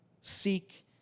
seek